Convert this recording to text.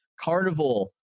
Carnival